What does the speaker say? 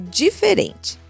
diferente